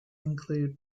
include